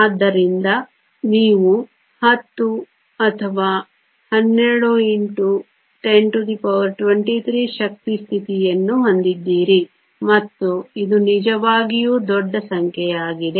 ಆದ್ದರಿಂದ ನೀವು 10 x ಅಥವಾ 12 x 1023 ಶಕ್ತಿ ಸ್ಥಿತಿಯನ್ನು ಹೊಂದಿದ್ದೀರಿ ಮತ್ತು ಇದು ನಿಜವಾಗಿಯೂ ದೊಡ್ಡ ಸಂಖ್ಯೆಯಾಗಿದೆ